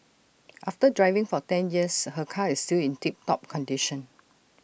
after driving for ten years her car is still in tip top condition